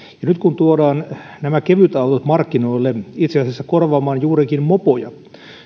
ja nyt kun tuodaan nämä kevytautot markkinoille itse asiassa korvaamaan juurikin mopoja